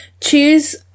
choose